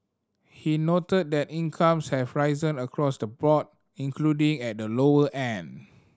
he noted that incomes have risen across the board including at the lower end